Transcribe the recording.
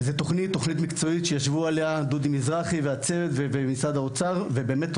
זו תוכנית מקצועית שישבו עליה דודי מזרחי והצוות ומשרד האוצר ובאמת,